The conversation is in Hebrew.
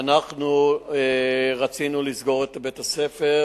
חבר הכנסת זאב.